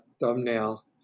thumbnail